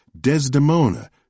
Desdemona